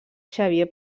xavier